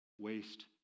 waste